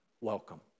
welcome